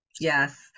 yes